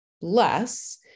less